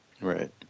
Right